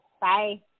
Bye